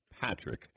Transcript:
PATRICK